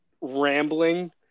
rambling